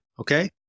Okay